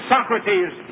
Socrates